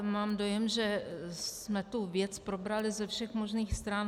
Mám dojem, že jsme tu věc probrali ze všech možných stran.